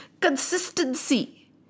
Consistency